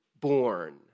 born